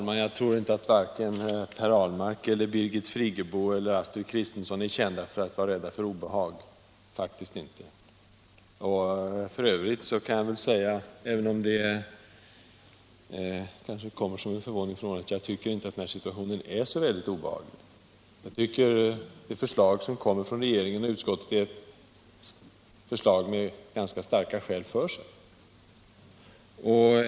Herr talman! Varken Per Ahlmark, Birgit Friggebo eller Astrid Kristensson är kända för att vara rädda för obehag. För övrigt tycker jag inte att den här situationen är obehaglig. De förslag som kommer från regeringen och utskottet har starka skäl för sig.